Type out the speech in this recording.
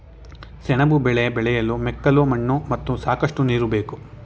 ಸೆಣಬು ಬೆಳೆ ಬೆಳೆಯಲು ಮೆಕ್ಕಲು ಮಣ್ಣು ಮತ್ತು ಸಾಕಷ್ಟು ನೀರು ಬೇಕು